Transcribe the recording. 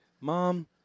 Mom